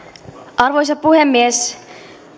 arvoisa puhemies